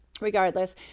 regardless